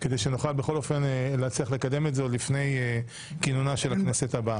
כדי שנוכל בכל אופן להצליח לקדם את זה עוד לפני כינונה של הכנסת הבאה.